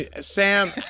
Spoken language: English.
Sam